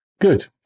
good